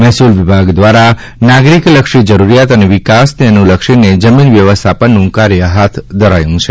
મહેસૂલ વિભાગ દ્વારા નાગરિકલક્ષી જરૂરિયાત અને વિકાસને અનુલક્ષીને જમીન વ્યવસ્થાપનનું કાર્ય હાથ ધરાયું છે